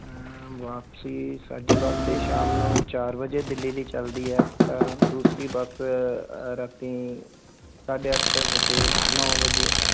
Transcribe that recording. ਵਾਪਸੀ ਸਾਡੀ ਬਸ ਤਾਂ ਸ਼ਾਮ ਨੂੰ ਚਾਰ ਵਜੇ ਦਿੱਲੀ ਲਈ ਚੱਲਦੀ ਆ ਤਾਂ ਦੂਸਰੀ ਬੱਸ ਅ ਰਾਤੀਂ ਸਾਢੇ ਅੱਠ ਵਜੇ ਨੌਂ ਵਜੇ